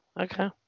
Okay